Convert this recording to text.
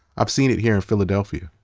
i've seen it here in philadelphia.